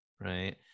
right